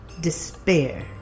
despair